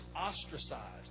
ostracized